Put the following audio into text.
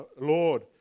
Lord